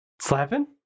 Slapping